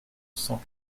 cent